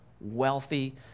wealthy